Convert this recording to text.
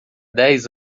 dez